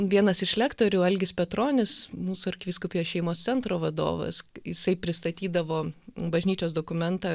vienas iš lektorių algis petronis mūsų arkivyskupijos šeimos centro vadovas jisai pristatydavo bažnyčios dokumentą